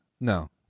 No